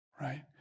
right